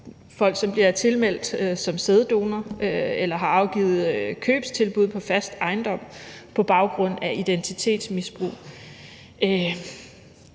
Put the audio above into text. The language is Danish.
folk bliver tilmeldt som sæddonor, eller at de har afgivet købstilbud på fast ejendom på baggrund af identitetsmisbrug.